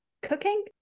Cooking